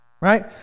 right